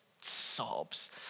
sobs